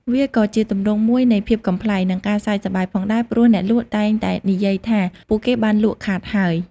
វាក៏ជាទម្រង់មួយនៃភាពកំប្លែង និងការសើចសប្បាយផងដែរ ព្រោះអ្នកលក់តែងតែនិយាយថាពួកគេបានលក់ខាតហើយ។